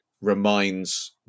reminds